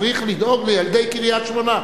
צריך לדאוג לילדי קריית-שמונה.